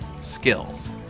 skills